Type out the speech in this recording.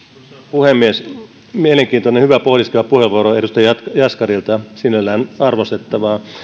puhemies mielenkiintoinen ja hyvä pohdiskeleva puheenvuoro edustaja jaskarilta sinällään arvostettavaa